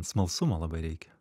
smalsumo labai reikia